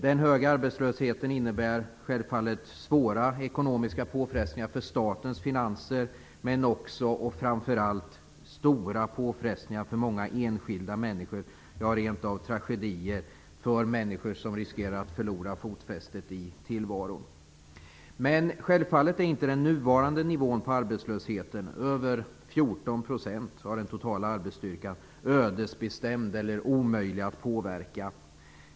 Den höga arbetslösheten innebär självfallet svåra ekonomiska påfrestningar på statens finanser men också - och framför allt - stora påfrestningar för många enskilda människor, ja, rent av tragedier för personer som riskerar att förlora fotfästet i tillvaron. Men självfallet är inte den nuvarande nivån på arbetslösheten, över 14 % av den totala arbetsstyrkan, ödesbestämd eller omöjlig att påverka.